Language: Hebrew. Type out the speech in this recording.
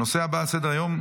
הנושא הבא על סדר-היום,